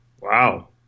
Wow